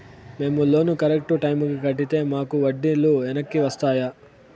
మేము loan correct టైముకి కట్టితే మాకు వడ్డీ లు వెనక్కి వస్తాయా?